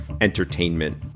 entertainment